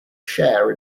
share